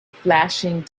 flashing